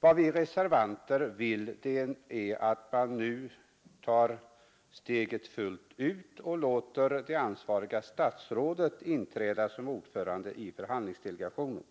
Vad vi reservanter vill är att man nu tar steget fullt ut och låter det ansvariga statsrådet inträda som ordförande i förhandlingsdelegationen.